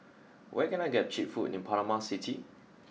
where can I get cheap food in Panama City